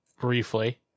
briefly